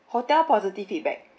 hotel positive feedback